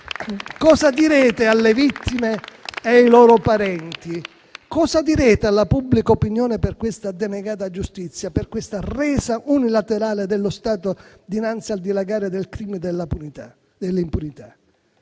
Cosa direte alle vittime e ai loro parenti? Cosa direte alla pubblica opinione per questa denegata giustizia, per questa resa unilaterale dello Stato dinanzi al dilagare del crimine e delle impunità?